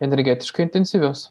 energetiškai intensyvios